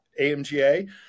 amga